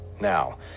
now